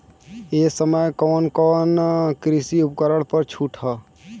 ए समय कवन कवन कृषि उपकरण पर छूट ह?